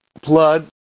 blood